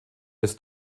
des